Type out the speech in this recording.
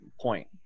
point